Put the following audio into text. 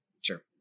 Sure